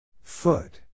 Foot